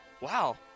wow